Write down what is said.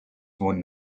phone